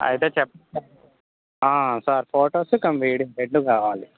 అయితే చెప్పండి sir photos come video రెండు కావాలి